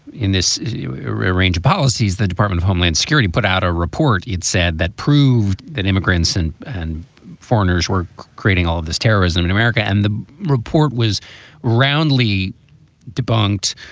in this arrange policies, the department of homeland security put out a report, it said that proved that immigrants and and foreigners were creating all of this terrorism in america. and the report was roundly debunked,